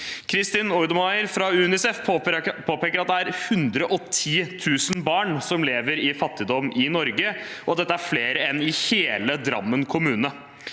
Kristin Oudmayer fra UNICEF påpeker at det er 110 000 barn som lever i fattigdom i Norge, og det er flere enn det bor i hele Drammen kommune.